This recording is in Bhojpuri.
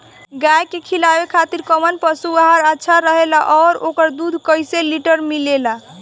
गाय के खिलावे खातिर काउन पशु आहार अच्छा रहेला और ओकर दुध कइसे लीटर मिलेला?